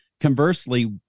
conversely